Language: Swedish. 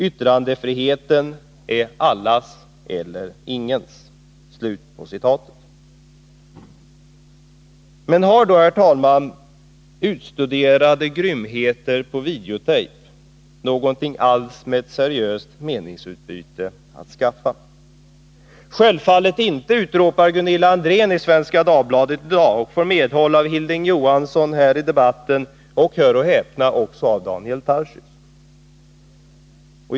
Yttrandefriheten är allas eller ingens.” Men har då, herr talman, utstuderade grymheter på videotape någonting alls med ett seriöst meningsutbyte att skaffa? Självfallet inte, utropar Gunilla André i Svenska Dagbladet i dag och får medhåll av Hilding Johansson här i debatten samt — hör och häpna — också av Daniel Tarschys.